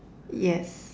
yes